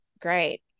great